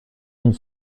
une